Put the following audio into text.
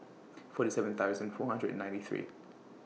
forty seven thousand four hundred and ninety three